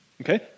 Okay